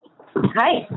Hi